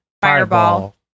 fireball